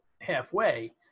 halfway